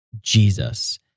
Jesus